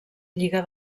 lliga